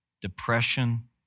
depression